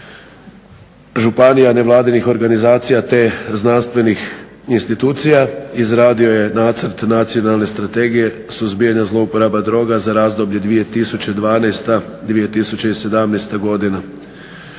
županija, nevladinih organizacija te znanstvenih institucija izradio je Nacrt Nacionalne strategije suzbijanja zlouporaba droga za razdoblje 2012.-2017. godina.